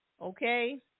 okay